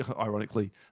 ironically